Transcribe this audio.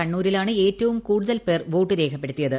കണ്ണൂരാണ് ഏറ്റവും കൂടുതൽപേർ വോട്ട് രേഖപ്പെടുത്തിയത്